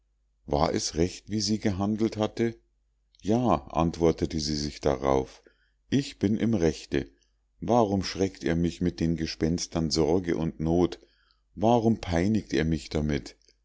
war es recht wie sie gehandelt hatte ja antwortete sie sich darauf ich bin im rechte warum schreckt er mich mit den gespenstern sorge und not warum peinigt er mich damit